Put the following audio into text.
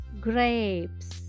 grapes